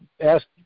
ask